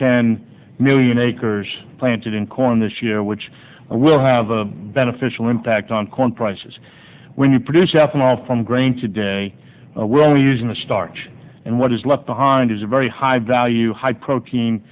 ten million acres planted in corn this year which will have a beneficial impact on corn prices when you produce ethanol from grain today will be using the starch and what is left behind is a very high value high protein